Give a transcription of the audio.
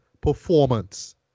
performance